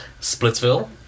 Splitsville